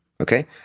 Okay